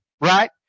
right